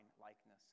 likeness